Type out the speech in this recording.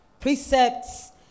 precepts